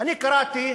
אני קראתי